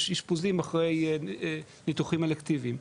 יש אשפוזים אחרי ניתוחים אלקטיביים.